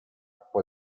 può